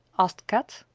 asked kat.